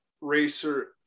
racer